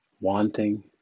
wanting